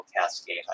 cascade